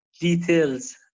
details